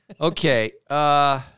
Okay